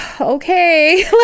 okay